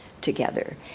together